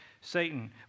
Satan